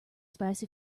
spicy